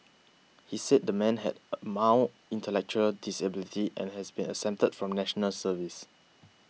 he said the man has a mild intellectual disability and has been exempted from National Service